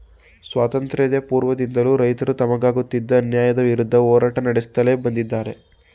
ಸ್ವಾತಂತ್ರ್ಯ ಪೂರ್ವದಿಂದಲೂ ರೈತರು ತಮಗಾಗುತ್ತಿದ್ದ ಅನ್ಯಾಯದ ವಿರುದ್ಧ ಹೋರಾಟ ನಡೆಸುತ್ಲೇ ಬಂದಿದ್ದಾರೆ